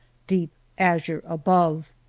deep azure above.